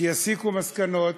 יסיקו מסקנות.